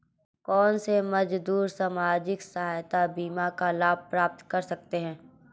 कौनसे मजदूर सामाजिक सहायता बीमा का लाभ प्राप्त कर सकते हैं?